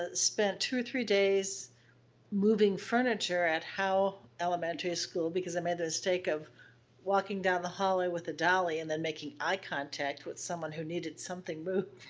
ah spent two or three days moving furniture at howe elementary school because i made the mistake of walking down the hallway with the dolly and then making eye contact with someone who needed something moved.